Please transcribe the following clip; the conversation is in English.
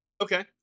Okay